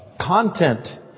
content